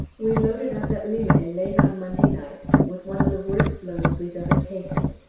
we loaded up at lillers late on monday night with one of the worst loads we've ever taken,